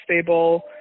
stable